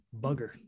bugger